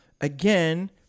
again